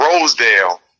Rosedale